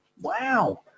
Wow